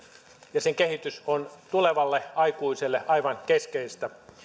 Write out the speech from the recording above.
ja sen kehitys on tulevalle aikuiselle aivan keskeistä